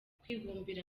kwibumbira